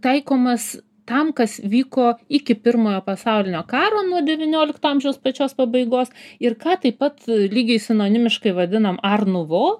taikomas tam kas vyko iki pirmojo pasaulinio karo nuo devyniolikto amžiaus pačios pabaigos ir ką taip pat lygiai sinonimiškai vadiname arnuvo